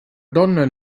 donna